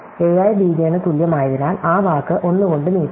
ai b j ന് തുല്യമായതിനാൽ ആ വാക്ക് 1 കൊണ്ട് നീട്ടി